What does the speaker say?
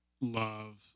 love